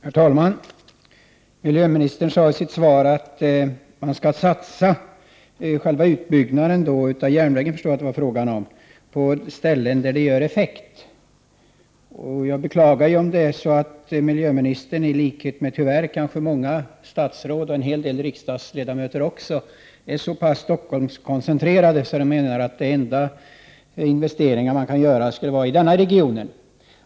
Herr talman! Miljöministern sade i sitt svar att man skall satsa, själva utbyggnaden av järnvägen förstår jag att det var fråga om, på ställen där den har effekt. Jag beklagar att miljöministern, tyvärr i likhet med många statsråd och även en hel del riksdagsledamöter, är så pass Stockholmskoncentrerade att de menar att de är de enda investeringar som kan göras i denna region.